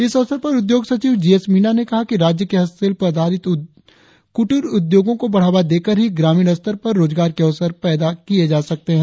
इस अवसर पर उद्योग सचिव जी एस मीणा ने कहा कि राज्य के हस्तशिल्प आधारित कुटीर उद्योगो को बढ़ावा देकर ही ग्रामीण स्तर पर रोजगार के अवसर पैदा किए जा सकते है